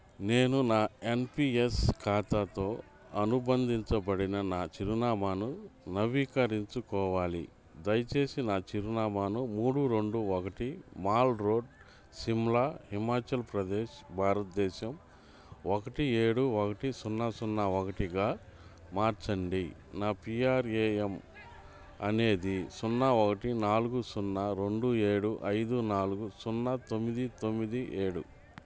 నేను నా N P S ఖాతాతో అనుబంధించబడిన నా చిరునామాను నవీకరించుకోవాలి దయచేసి నా చిరునామాను మూడు రెండు ఒకటి మాల్ రోడ్ సిమ్లా హిమాచల్ ప్రదేశ్ భారతదేశం ఒకటి ఏడు ఒకటి సున్నా సున్నా ఒకటిగా మార్చండి నా పీ ఆర్ ఏ ఎమ్ అనేది సున్నా ఒకటి నాలుగు సున్నా రెండు ఏడు ఐదు నాలుగు సున్నా తొమ్మిది తొమ్మిది ఏడు